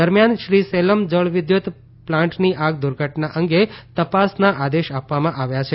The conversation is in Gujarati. દરમિયાન શ્રી સેલમ જળવિદ્યત પ્લાન્ટની આગ દુર્ધટના અંગે તપાસના આદેશ આપવામાં આવ્યા છે